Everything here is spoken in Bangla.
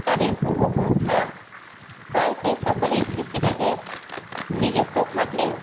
তাদের পূর্বপুরুষরা প্রায়শই সকলেই কৃষিকাজে নিযুক্ত থাকলেও